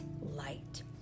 light